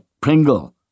Pringle